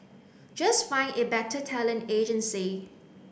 just find a better talent agency